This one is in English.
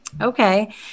Okay